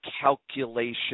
calculation